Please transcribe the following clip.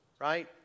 Right